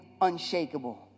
unshakable